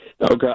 Okay